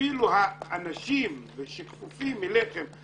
אפילו האנשים שכפופים אליכם,